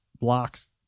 blocks